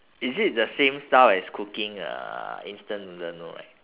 is it the same style as cooking uh instant noodle no right